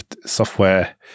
software